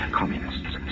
communists